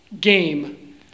game